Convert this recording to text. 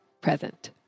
present